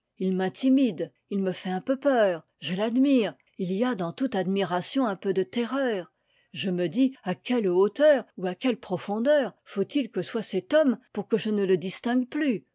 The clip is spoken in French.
il m'intimide il me fait un peu peur je l'admire il y a dans toute admiration un peu de terreur je me dis à quelle hauteur ou à quelle profondeur faut-il que soit cet homme pour que je ne le distingue plus